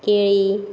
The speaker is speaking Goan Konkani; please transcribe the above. केळीं